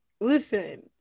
listen